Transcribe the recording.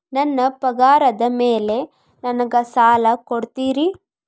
ನನ್ನ ಪಗಾರದ್ ಮೇಲೆ ನಂಗ ಸಾಲ ಕೊಡ್ತೇರಿ?